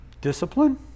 discipline